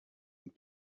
und